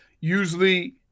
Usually